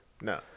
no